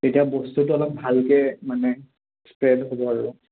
তেতিয়া বস্তুটো অলপ ভালকৈ মানে স্প্ৰেড হ'ব আৰু